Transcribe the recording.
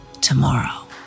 tomorrow